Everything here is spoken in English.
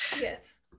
yes